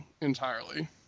entirely